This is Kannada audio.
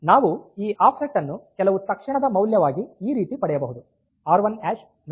ನಾವು ಈ ಆಫ್ಸೆಟ್ ಅನ್ನು ಕೆಲವು ತಕ್ಷಣದ ಮೌಲ್ಯವಾಗಿ ಈ ರೀತಿ ಪಡೆಯಬಹುದು ಆರ್1 4